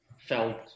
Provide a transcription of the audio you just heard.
felt